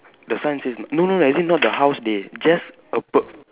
the sign says no no no as in not the house dey just above